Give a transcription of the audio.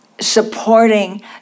supporting